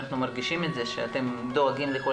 אנחנו מרגישים את זה שאתם דואגים לכל